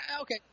okay